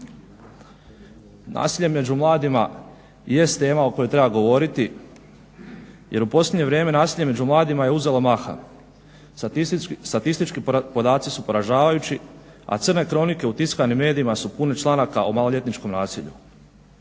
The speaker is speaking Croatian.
Nasilje među mladima jest tema o kojoj treba govoriti jer u posljednje vrijeme nasilje među mladima je uzelo maha. Statistički podaci su poražavajući a crne kronike u tiskanim medijima su pune članaka o maloljetničkom nasilju.